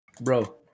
Bro